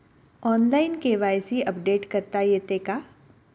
Online KYC update करता येते का?